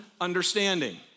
understanding